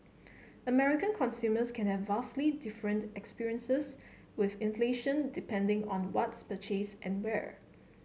American consumers can have vastly different experiences with inflation depending on what's purchased and where